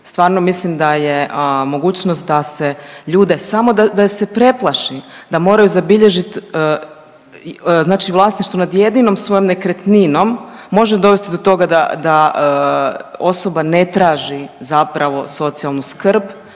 stvarno mislim da je mogućnost da se ljude, samo da, da se preplaši, da moraju zabilježit znači vlasništvo nad jedinom svojom nekretninom može dovesti do toga da, da osoba ne traži zapravo socijalnu skrb